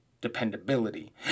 dependability